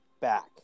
back